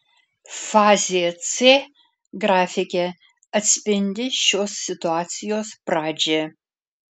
fazė c grafike atspindi šios situacijos pradžią